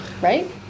right